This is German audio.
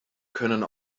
können